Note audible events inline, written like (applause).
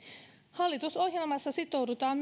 hallitusohjelmassa sitoudutaan (unintelligible)